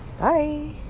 Bye